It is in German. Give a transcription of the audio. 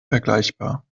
vergleichbar